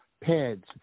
pads